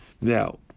Now